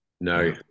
No